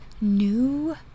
new